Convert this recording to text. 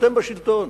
כשאתם בשלטון,